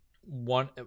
one